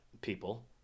people